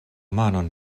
manon